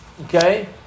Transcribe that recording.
Okay